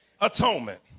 atonement